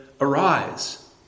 Arise